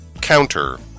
Counter